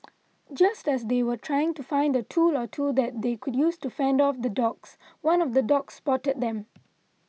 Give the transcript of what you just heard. just as they were trying to find a tool or two that they could use to fend off the dogs one of the dogs spotted them